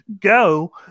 go